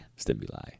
stimuli